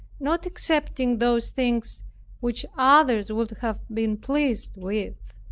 not excepting those things which others would have been pleased with.